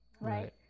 Right